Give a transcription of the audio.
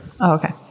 okay